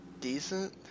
decent